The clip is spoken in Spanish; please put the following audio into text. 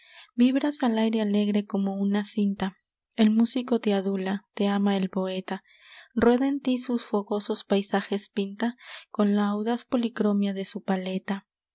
vibras al aire alegre como una cinta el músico te adula te ama el poeta rueda en ti sus fogosos paisajes pinta con la audaz policromia de su paleta